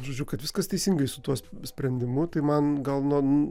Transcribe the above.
žodžiu kad viskas teisingai su tuo sprendimu tai man gal nuo